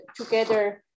together